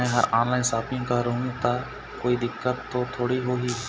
मैं हर online shopping करू ता कोई दिक्कत त थोड़ी होही?